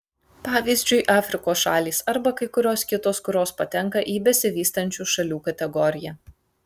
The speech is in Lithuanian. pavyzdžiui afrikos šalys arba kai kurios kitos kurios patenka į besivystančių šalių kategoriją